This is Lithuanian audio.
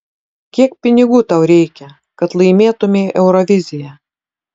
kiek pinigų tau reikia kad laimėtumei euroviziją